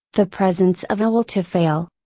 the presence of a will to fail.